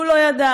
הוא לא ידע.